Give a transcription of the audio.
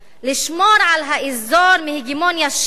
לשמור על האזור מהגמוניה שיעית